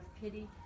pity